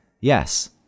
yes